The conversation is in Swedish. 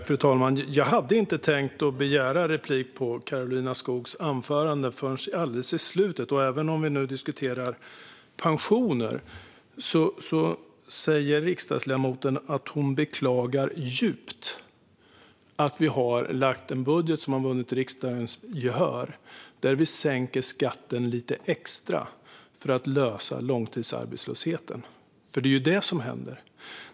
Fru talman! Jag hade inte tänkt begära replik på Karolina Skogs anförande. Det var alldeles i slutet av hennes anförande som jag gjorde det. Även om vi nu diskuterar pensioner säger riksdagsledamoten att hon beklagar djupt att vi har lagt fram en budget som har vunnit riksdagens gehör där vi sänker skatten lite extra för att lösa långtidsarbetslösheten. Det är det som händer.